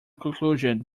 conclusion